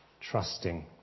trusting